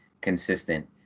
consistent